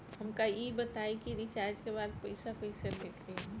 हमका ई बताई कि रिचार्ज के बाद पइसा कईसे देखी?